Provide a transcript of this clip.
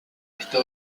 está